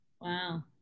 Wow